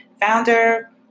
founder